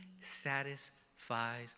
satisfies